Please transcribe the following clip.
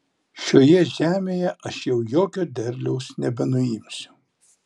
šioje žemėje aš jau jokio derliaus nebenuimsiu